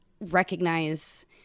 recognize